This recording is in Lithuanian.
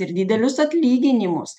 ir didelius atlyginimus